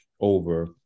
over